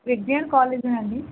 విజ్ఞాన్ కాలేజా అండి